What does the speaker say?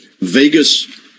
Vegas